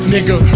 Nigga